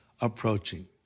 approaching